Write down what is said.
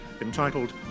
entitled